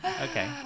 Okay